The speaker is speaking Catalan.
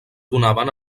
donaven